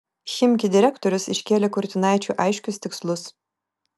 chimki direktorius iškėlė kurtinaičiui aiškius tikslus